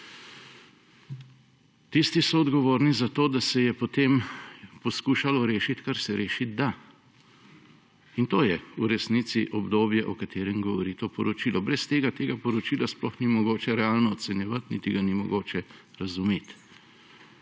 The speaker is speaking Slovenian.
Tisti so odgovorni za to, da se je potem poskušalo rešiti, kar se rešiti da. To je v resnici obdobje, o katerem govori to poročilo. Brez tega tega poročila sploh ni mogoče realno ocenjevati niti ga ni mogoče razumeti.